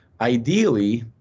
ideally